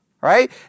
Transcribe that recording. right